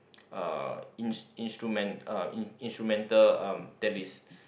uh instru~ instrument uh in instrumental uh the list